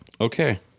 okay